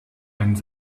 and